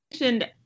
mentioned